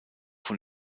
von